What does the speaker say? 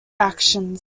actions